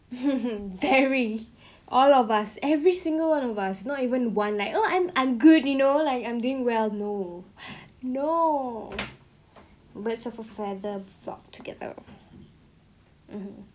very all of us every single one of us not even one like oh I'm I'm good you know like I'm doing well no no no birds of a feather flock together mmhmm